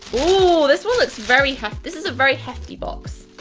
oh, this one looks very hefty. this is a very hefty box.